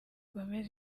gomez